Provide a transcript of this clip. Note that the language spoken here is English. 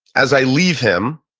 as i leave him,